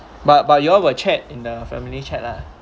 but but you all will chat in the family chat lah